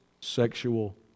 sexual